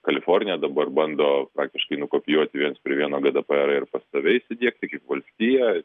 kalifornija dabar bando praktiškai nukopijuoti viens prie vieno gdpr ir pas save įsidiegti kaip valstija